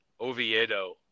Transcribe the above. Oviedo